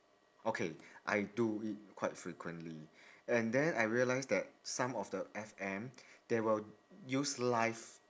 okay I do it quite frequently and then I realised then some of the F_M they will use live